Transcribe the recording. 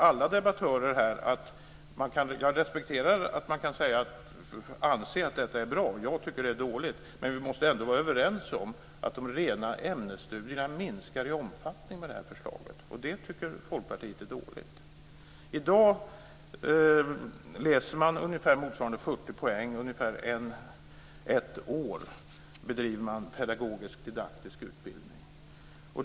Jag respekterar att man kan anse att detta är bra. Jag tycker att det är dåligt. Men vi måste ändå vara överens om - det gäller alla debattörer här - att de rena ämnesstudierna minskar i omfattning med detta förslag, och det tycker Folkpartiet är dåligt. ungefär ett år - pedagogisk didaktisk utbildning.